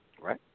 right